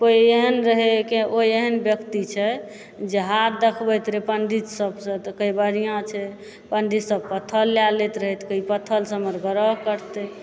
केओ एहन रहए केओ एहन व्यक्ति छै जे हाथ देखबैत रहए पण्डित सबसंँ तऽ कहए बढ़िआँ छै पण्डित सब पत्थल लए लैत रहथि कोइ पत्थलसँ हमर ग्रह कटतै